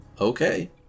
Okay